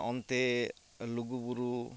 ᱚᱱᱛᱮ ᱞᱩ ᱜᱩᱵᱩᱨᱩ